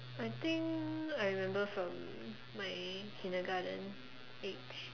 I think I remember from my kindergarten age